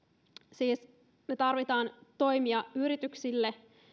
siis me tarvitsemme toimia yrityksille